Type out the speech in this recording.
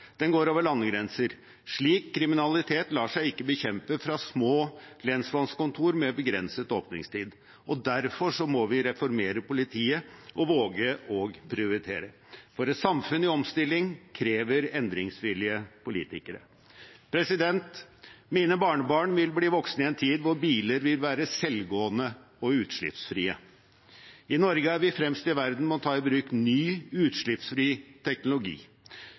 den går over landegrenser. Slik kriminalitet lar seg ikke bekjempe fra små lensmannskontorer med begrenset åpningstid. Derfor må vi reformere politiet og våge å prioritere. Et samfunn i omstilling krever endringsvillige politikere. Mine barnebarn vil bli voksne i en tid da biler vil være selvgående og utslippsfrie. I Norge er vi fremst i verden i å ta i bruk ny, utslippsfri teknologi.